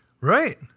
Right